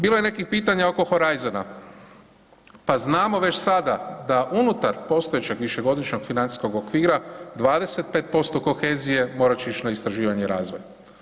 Bilo je nekih pitanja oko Horizona, pa znamo već sada da unutar postojećeg višegodišnjeg financijskog okvira 25% kohezije mora će ići na istraživanje i razvoj.